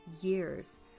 years